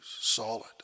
solid